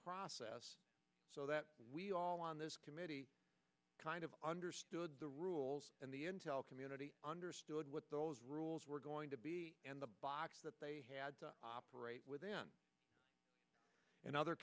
process so that we all on this committee kind of understood the rules and the intel community understood what those rules were going to be and the box that they had operate with then in other